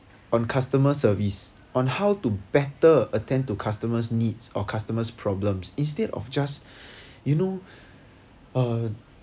on customer service on how to better attend to customers' needs or customers' problems instead of just you know uh